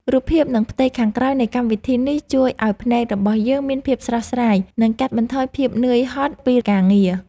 រូបភាពនិងផ្ទៃខាងក្រោយនៃកម្មវិធីនេះជួយឱ្យភ្នែករបស់យើងមានភាពស្រស់ស្រាយ និង កាត់បន្ថយភាពនឿយហត់ពីការងារ។